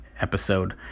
episode